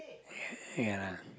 ya